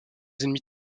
ennemis